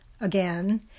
again